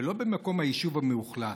ולא במקום היישוב המאוכלס.